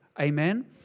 Amen